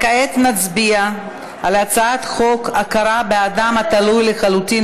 כעת נצביע על הצעת חוק הכרה באדם התלוי לחלוטין